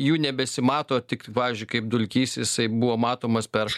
jų nebesimato tik pavyzdžiui kaip dulkys jisai buvo matomas per